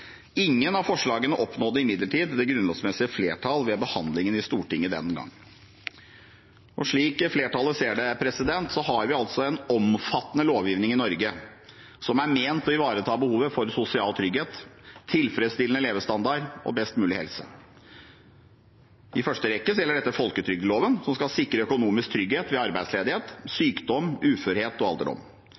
Ingen av forslagene oppnådde imidlertid det grunnlovsmessige flertall ved behandlingen i Stortinget den gang. Og slik flertallet ser det, har vi en omfattende lovgivning i Norge som er ment å ivareta behovet for sosial trygghet, tilfredsstillende levestandard og best mulig helse. I første rekke gjelder dette folketrygdloven, som skal sikre økonomisk trygghet ved arbeidsledighet, sykdom, uførhet og alderdom.